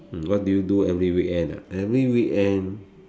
mm what do you do every weekend ah every weekend